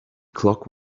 clock